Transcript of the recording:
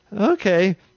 okay